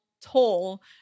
toll